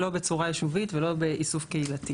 לא בצורה ישובית ולא באיסוף קהילתי.